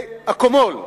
זה אקמול.